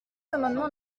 amendement